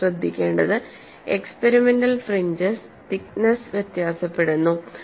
നിങ്ങൾ ശ്രദ്ധിക്കേണ്ടത് experimental fringes thickness വ്യത്യാസപ്പെടുന്നു